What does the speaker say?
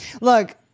Look